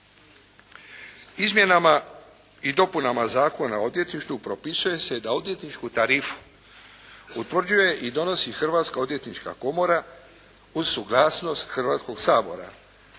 Izmjenama i dopunama Zakona o odvjetništvu propisuje se da odvjetničku tarifu utvrđuje i donosi Hrvatska odvjetnička komora uz suglasnost Hrvatskoga sabora